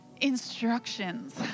instructions